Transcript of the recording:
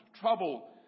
trouble